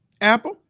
Apple